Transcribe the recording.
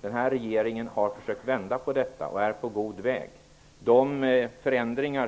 Den här regeringen har försökt vända på detta och är på god väg. Jag är övertygad om